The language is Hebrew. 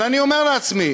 אבל אני אומר לעצמי,